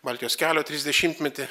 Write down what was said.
baltijos kelio trisdešimtmetį